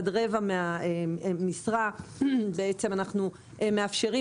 עד רבע מהמשרה אנחנו מאפשרים,